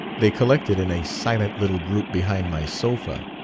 they collected in a silent little group behind my sofa.